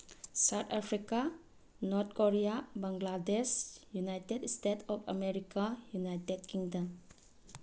South Africa North Korea Bangladesh united state of America United Kingdom